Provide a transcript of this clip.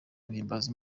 guhimbaza